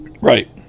Right